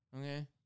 Okay